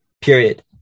period